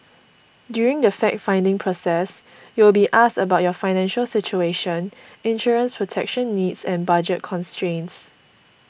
during the fact finding process you will be asked about your financial situation insurance protection needs and budget constraints